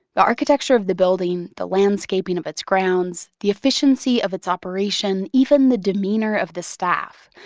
the architecture of the building, the landscaping of its grounds, the efficiency of its operation, even the demeanor of the staff,